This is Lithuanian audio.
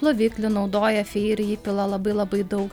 ploviklį naudoja feiri įpila labai labai daug